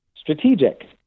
strategic